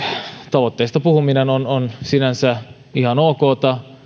tavoitteista puhuminen on on sinänsä ihan ok